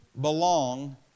belong